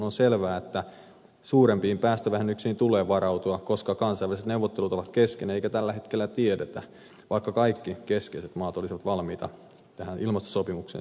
on selvää että suurempiin päästövähennyksiin tulee varautua koska kansainväliset neuvottelut ovat kesken eikä tällä hetkellä tiedetä vaikka kaikki keskeiset maat olisivat valmiita tähän ilmastosopimukseen sitoutumaan